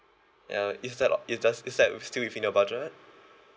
ya is that uh it's just is that still within your budget